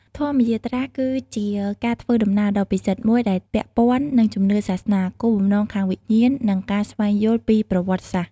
ធម្មយាត្រា គឺជាការធ្វើដំណើរដ៏ពិសិដ្ឋមួយដែលពាក់ព័ន្ធនឹងជំនឿសាសនា គោលបំណងខាងវិញ្ញាណ និងការស្វែងយល់ពីប្រវត្តិសាស្រ្ត។